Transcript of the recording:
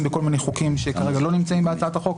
בכל מיני חוקים שכרגע לא נמצאים בהצעת החוק.